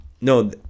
No